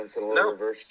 No